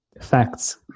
facts